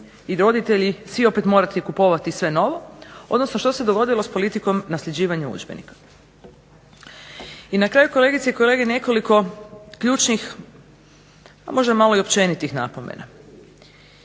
i roditelji svi opet morati kupovati sve novo odnosno što se dogodilo sa politikom nasljeđivanja udžbenika? I na kraju kolegice i kolege nekoliko ključnih pa možda i općenitih napomena.